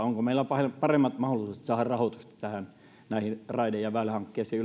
onko meillä tulevaisuudessa paremmat mahdollisuudet saada rahoitusta raide ja väylähankkeisiin